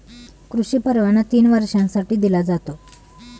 कृषी परवाना तीन वर्षांसाठी दिला जातो